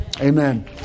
Amen